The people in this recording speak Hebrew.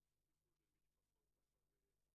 טיפול במשפחות אחרי שסבלו מהשפעות של אובדנוּת.